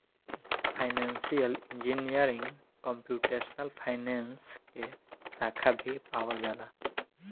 financial engineering computational finance के साखा भी पावल जाला